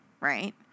Right